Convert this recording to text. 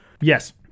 Yes